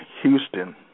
Houston